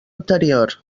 anterior